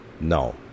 No